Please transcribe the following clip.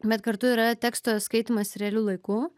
bet kartu yra teksto skaitymas realiu laiku